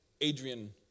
Adrian